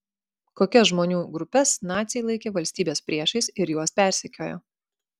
kokias žmonių grupes naciai laikė valstybės priešais ir juos persekiojo